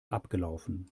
abgelaufen